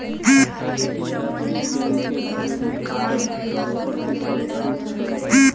HDFC बैंकेर credit कार्डत दस प्रतिशत छूट छ